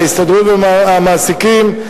ההסתדרות והמעסיקים,